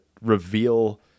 reveal